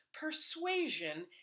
persuasion